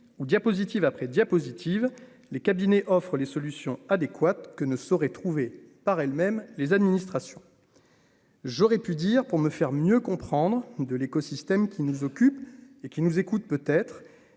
ou diapositives après diapositives, les cabinets offrent les solutions adéquates que ne saurait trouver par elles-mêmes les administrations. J'aurais pu dire pour me faire mieux comprendre de l'écosystème qui nous occupe et qui nous écoute, peut être